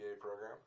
program